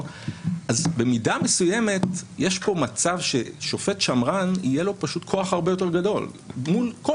במידה מסוימת יש כאן מצב שלשופט שמרן יהיה כוח הרבה יותר גדול מול כל